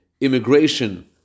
immigration